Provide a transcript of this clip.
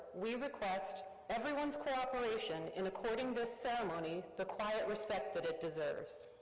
we request everyone's cooperation in according this ceremony the quiet respect that it deserves.